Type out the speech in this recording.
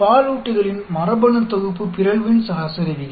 तो आइए एक और उदाहरण देखें